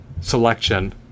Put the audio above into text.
selection